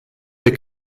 der